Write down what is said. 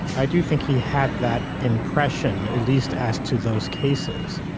i do think he had that impression at least as to those cases